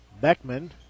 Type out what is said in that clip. Beckman